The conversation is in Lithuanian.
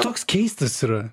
toks keistas yra